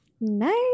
nice